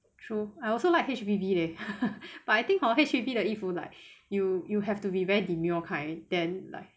true I also like H_B_B leh but I think hor H_B_B 的衣服 like you you have to be very demure kind then like